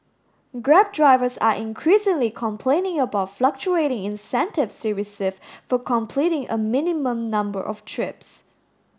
grab drivers are increasingly complaining about fluctuating incentives they receive for completing a minimum number of trips